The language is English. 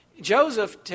Joseph